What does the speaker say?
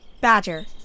Badger